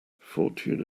fortune